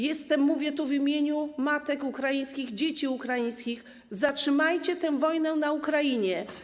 Jestem, mówię tu w imieniu matek ukraińskich, dzieci ukraińskich: zatrzymajcie tę wojnę na Ukrainie.